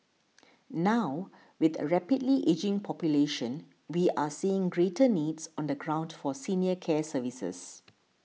now with a rapidly ageing population we are seeing greater needs on the ground for senior care services